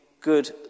good